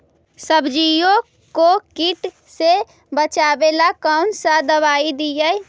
सब्जियों को किट से बचाबेला कौन सा दबाई दीए?